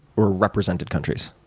or represented countries?